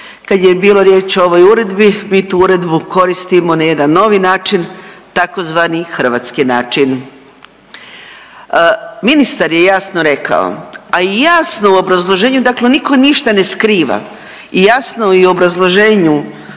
Kad je bilo riječ o ovoj uredbi mi tu uredbu koristimo na jedan novi način tzv. hrvatski način. Ministar je jasno rekao, a i jasno u obrazloženju, dakle nitko ništa ne skriva i jasno i u obrazloženju